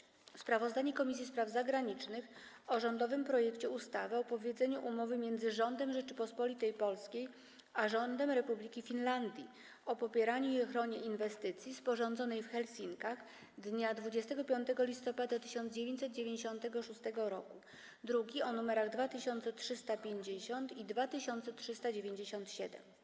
29. Sprawozdanie Komisji Spraw Zagranicznych o rządowym projekcie ustawy o wypowiedzeniu Umowy między Rządem Rzeczypospolitej Polskiej a Rządem Republiki Finlandii o popieraniu i ochronie inwestycji, sporządzonej w Helsinkach dnia 25 listopada 1996 r. (druki nr 2350 i 2397)